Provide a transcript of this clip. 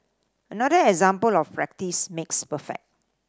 another example of practice makes perfect